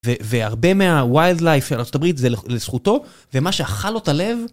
והרבה מהווילד לייף של ארה״ב זה לזכותו, ומה שאכל לו את הלב...